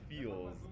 feels